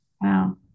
Wow